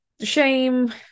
shame